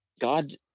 god